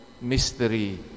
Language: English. mystery